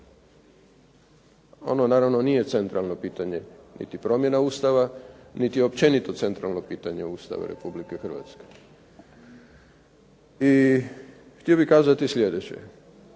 Ono naravno nije centralno pitanje niti promjena Ustava niti je općenito centralno pitanje Ustava Republike Hrvatske. Htio bih kazati slijedeće,